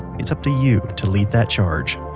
it's up to you to lead that charge